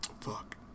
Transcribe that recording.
fuck